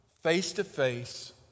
face-to-face